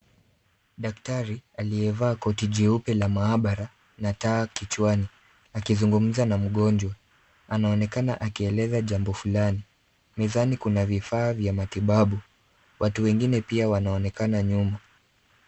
Daktari aliyevaa koti jeupe la maabara na taa kichwani akizungumza na mgonjwa. Anaonekana akieleza jambo fulani. Mezani kuna vifaa vya matibabu. Watu wengine pia wanaonekana nyuma.